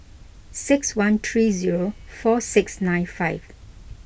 six one three zero four six nine five